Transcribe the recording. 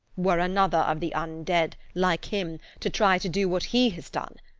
were another of the un-dead, like him, to try to do what he has done,